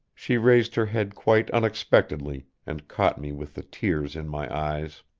she raised her head quite unexpectedly and caught me with the tears in my eyes.